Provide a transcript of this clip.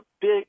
big